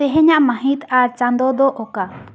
ᱛᱮᱦᱮᱧᱟᱜ ᱢᱟᱹᱦᱤᱛ ᱟᱨ ᱪᱟᱸᱫᱳ ᱫᱚ ᱚᱠᱟ